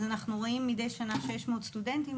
אז אנחנו רואים מדי שנה שיש מאות סטודנטים,